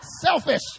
Selfish